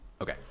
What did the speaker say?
Okay